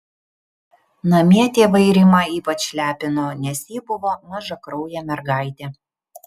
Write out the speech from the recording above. namie tėvai rimą ypač lepino nes ji buvo mažakraujė mergaitė